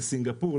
לסינגפור,